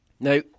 Now